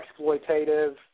exploitative